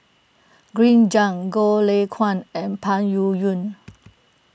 Green Zeng Goh Lay Kuan and Peng Yuyun